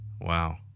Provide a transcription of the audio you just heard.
wow